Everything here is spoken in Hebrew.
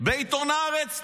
לחשוף את זה בעיתון הארץ.